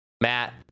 matt